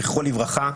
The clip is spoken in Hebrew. זיכרונו לברכה,